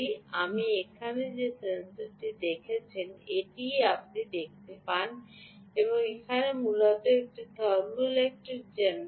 আপনি এখানে যে সেন্সরটি দেখেছেন এটিই আপনি দেখতে পান এখানে মূলত একটি থার্মোইলেক্ট্রিক জেনারেটর